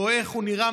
רואה איך הוא נראה,